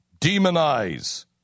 demonize